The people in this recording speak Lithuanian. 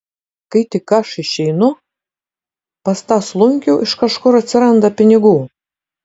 kai tik aš išeinu pas tą slunkių iš kažkur atsiranda pinigų